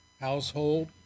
household